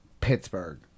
Pittsburgh